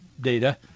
data